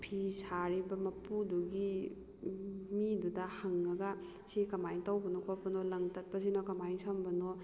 ꯐꯤ ꯁꯥꯔꯤꯕ ꯃꯄꯨꯗꯨꯒꯤ ꯃꯤꯗꯨꯗ ꯍꯪꯉꯒ ꯁꯤ ꯀꯃꯥꯏꯅ ꯇꯧꯕꯅꯣ ꯈꯣꯠꯄꯅꯣ ꯂꯪ ꯇꯠꯄꯁꯤꯅ ꯀꯃꯥꯏꯅ ꯁꯝꯕꯅꯣ